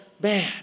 bad